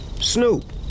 Snoop